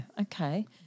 Okay